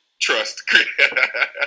trust